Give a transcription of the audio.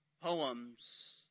poems